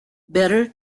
better